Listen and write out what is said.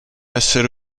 essere